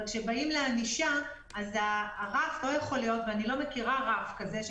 אבל כשבאים לענישה, אני לא מכירה רף כזה.